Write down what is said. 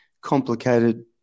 complicated